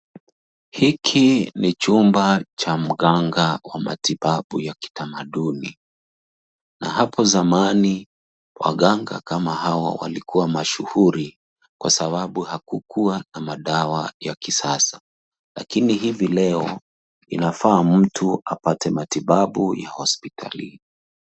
Hiki ni chumba cha mganga wa matibabu ya kitamaduni, na hapo zamani waganga kama hawa walikua mashuhuri, kwa sababu hakukua na madawa ya kisasa, lakini hivi leo, inafaa mtu apate matibabu ya hospitalini.